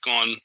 on